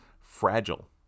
fragile